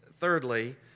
thirdly